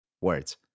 words